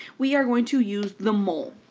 we are going to use the mole,